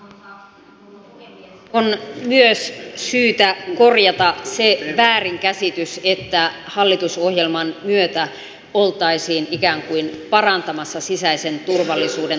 on myös syytä korjata se väärinkäsitys että hallitusohjelman myötä oltaisiin ikään kuin parantamassa sisäisen turvallisuuden tasoa